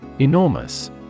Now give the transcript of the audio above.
Enormous